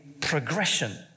progression